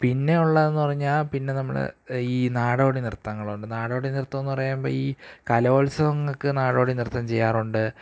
പിന്നെ ഉള്ളതെന്ന് പറഞ്ഞാൽ പിന്നെ നമ്മൾ ഈ നാടോടി നൃത്തങ്ങളുണ്ട് നാടോടി നൃത്തമെന്ന് പറയുമ്പോൾ ഈ കലോല്സവങ്ങൾക്ക് നാടോടി നൃത്തം ചെയ്യാറുണ്ട്